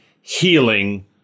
healing